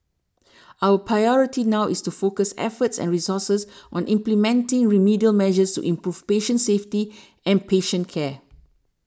our priority now is to focus efforts and resources on implementing remedial measures improve patient safety and patient care